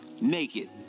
naked